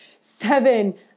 seven